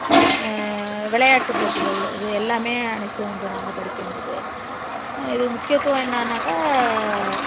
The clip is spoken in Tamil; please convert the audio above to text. விளையாட்டு போட்டிகள் இது எல்லாமே அனைத்தும் உண்டு நாங்கள் படிக்கும் போது இது முக்கியத்துவம் என்னென்னாக்கா